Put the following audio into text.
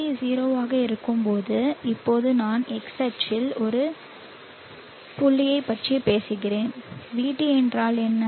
iT 0 ஆக இருக்கும்போது இப்போது நான் x அச்சில் தனியாக ஒரு புள்ளியைப் பற்றி பேசுகிறேன் vT என்றால் என்ன